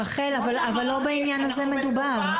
רחל, אבל לא בעניין הזה מדובר.